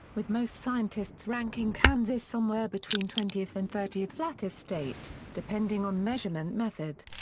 with most scientists ranking kansas somewhere between twentieth and thirtieth flattest state, depending on measurement method.